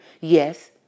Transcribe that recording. Yes